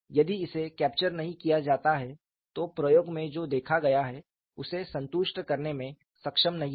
यदि इसे कैप्चर नहीं किया जाता है तो प्रयोग में जो देखा गया है उसे संतुष्ट करने में सक्षम नहीं हैं